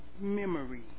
memory